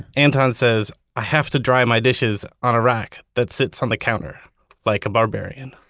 anton says, i have to dry my dishes on a rack that sits on the counter like a barbarian.